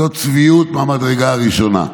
זו צביעות מהמדרגה הראשונה.